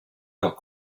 leurs